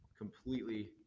completely